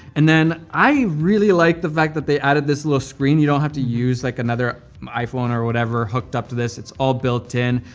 and then i really like the fact that they added this little screen. you don't have to use like another iphone or whatever hooked up to this. it's all built in.